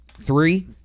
three